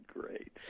great